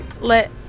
let